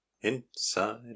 Inside